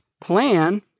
plan